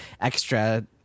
extra